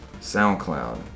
SoundCloud